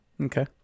Okay